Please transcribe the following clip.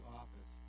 office